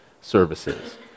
services